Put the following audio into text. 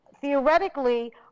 Theoretically